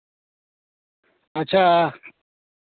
ᱟᱪᱪᱷᱟ